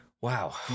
Wow